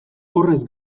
horrez